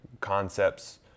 concepts